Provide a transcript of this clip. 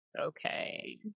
Okay